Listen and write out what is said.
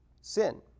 sin